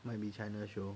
might be china show